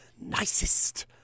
nicest